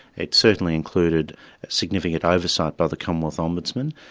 it certainly included significant oversight by the commonwealth ombudsman,